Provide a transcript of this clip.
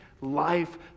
life